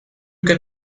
che